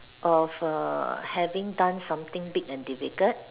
of err having done something big and difficult